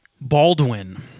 Baldwin